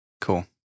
cool